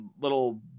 little